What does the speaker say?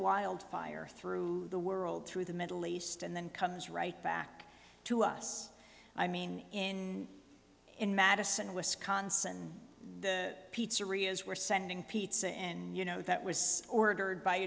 wildfire through the world through the middle east and then comes right back to us i mean in in madison wisconsin the pizzerias were sending pizza and you know that was ordered by